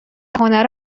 هنر